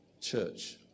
Church